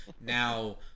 now